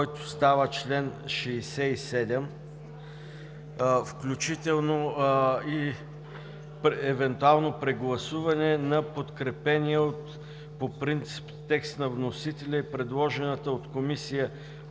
който става чл. 67, включително и евентуално прегласуване на подкрепения по принцип текст от вносителя и предложената от Комисията